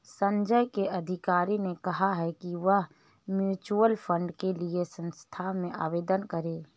संजय के अधिकारी ने कहा कि वह म्यूच्यूअल फंड के लिए संस्था में आवेदन करें